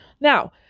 Now